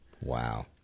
Wow